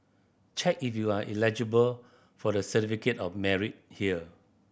check if you are eligible for the Certificate of Merit here